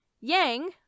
Yang